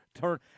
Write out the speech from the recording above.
turn